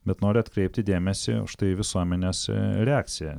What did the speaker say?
bet noriu atkreipti dėmesį štai visuomenės reakciją